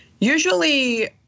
Usually